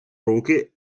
руки